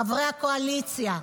חברי הקואליציה,